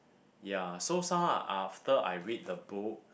ya so somehow after I read the book